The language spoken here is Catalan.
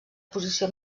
posició